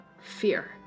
Fear